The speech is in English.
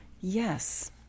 Yes